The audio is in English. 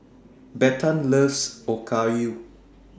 Bethann loves Okayu